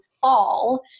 fall